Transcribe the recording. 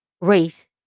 race